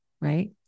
right